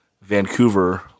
Vancouver